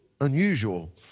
unusual